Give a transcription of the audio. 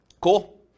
cool